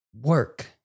work